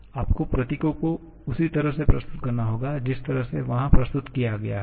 आपको प्रतीकों को उसी तरह से प्रस्तुत करना होगा जिस तरह से वहां प्रस्तुत किया गया है